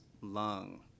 lung